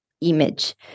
image